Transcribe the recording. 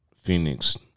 Phoenix